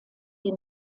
die